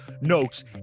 notes